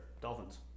dolphins